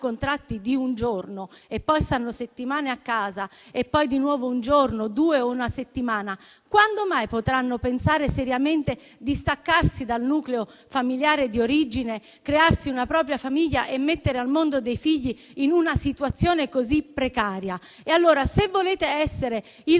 contratti di un giorno e poi rimangono settimane a casa, poi lavorano di nuovo due giorni o una settimana, quando mai potranno pensare seriamente di staccarsi dal nucleo familiare di origine, creare una propria famiglia e mettere al mondo dei figli in una situazione così precaria? Allora, se volete essere il